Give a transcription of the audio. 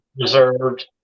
reserved